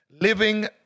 living